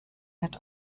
wird